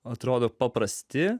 atrodo paprasti